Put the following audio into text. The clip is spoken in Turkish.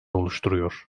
oluşturuyor